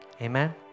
Amen